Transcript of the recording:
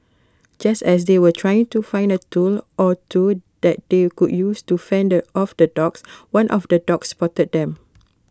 just as they were trying to find A tool or two that they could use to fend off the dogs one of the dogs spotted them